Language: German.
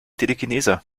telekinese